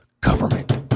government